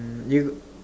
hmm you